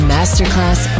Masterclass